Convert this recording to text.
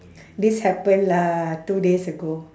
this happened lah two days ago